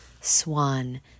Swan